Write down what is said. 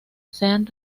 sean